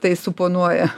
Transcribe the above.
tai suponuoja